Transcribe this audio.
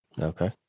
Okay